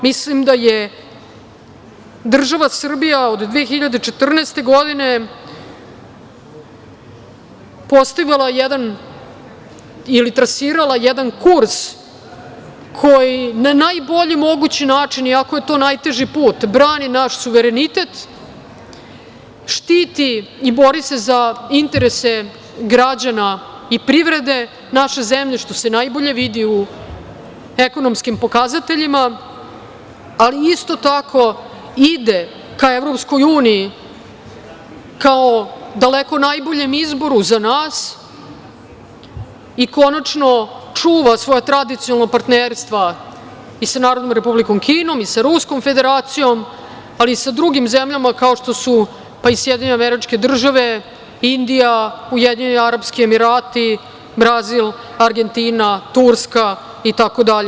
Mislim da je država Srbija od 2014. godine postavila jedan ili trasirala jedan kurs koji na najbolji mogući način, iako je to najteži put, brani naš suverenitet, štiti i bori se za interese građana i privrede naše zemlje, što se najbolje vidi u ekonomskim pokazateljima, ali isto tako ide ka EU kao daleko najboljem izboru za nas i konačno čuva svoje tradicionalna partnerstva i sa NRK, i sa Ruskom Federacijom, ali i sa drugim zemljama, kao što su SAD, Indija, UAE, Brazil, Argentina, Turska itd.